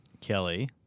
Kelly